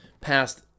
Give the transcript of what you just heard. passed